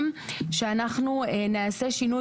הם שאנחנו נעשה שינוי,